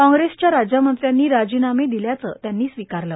काँप्रेसच्या राज्यमंत्र्यांनी राजीनामे दिल्याचं त्यांनी स्वीकारलं